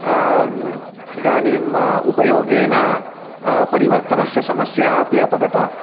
इदानीम् उपयोगेन परिवर्तनस्य समस्या अपि अपगता